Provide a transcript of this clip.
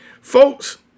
Folks